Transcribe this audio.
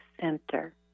center